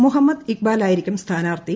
മുഹമ്മദ് ഇക്ബാലായിരിക്കും സ്ഥാനാർത്ഥി